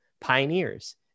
pioneers